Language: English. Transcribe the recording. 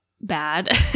bad